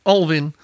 Alwin